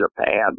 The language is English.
Japan